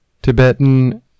Tibetan